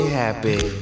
happy